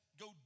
Go